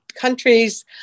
countries